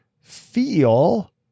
feel